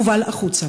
מובל החוצה,